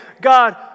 God